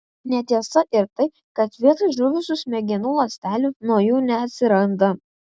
netiesa ir tai kad vietoj žuvusių smegenų ląstelių naujų neatsiranda